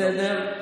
בסדר.